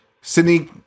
Sydney